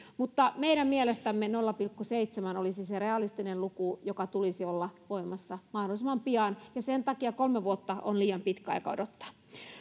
mutta meidän mielestämme nolla pilkku seitsemän olisi se realistinen luku jonka tulisi olla voimassa mahdollisimman pian ja sen takia kolme vuotta on liian pitkä aika odottaa